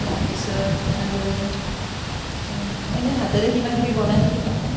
মই কাটিঙৰ কাম কৰোঁ তাৰ পিছত আৰু এনেয়ে হাতেৰে কিবাকিবি বনাই থাকি ভাল পাওঁ